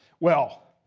well,